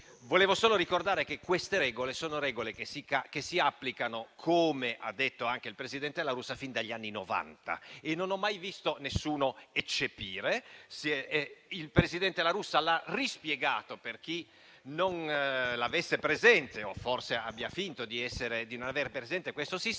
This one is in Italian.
Volevo solo ricordare che queste sono regole che si applicano - come ha detto anche il presidente la Russa - fin dagli anni Novanta e non ho mai visto nessuno eccepire: il presidente La Russa l'ha rispiegato, per chi non l'avesse presente o forse abbia finto di non aver presente questo sistema.